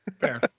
Fair